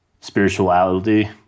spirituality